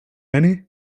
eni